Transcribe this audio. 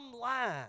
line